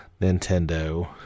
Nintendo